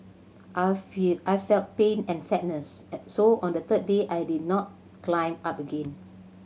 I fell I felt pain and sadness so on the third day I did not climb up again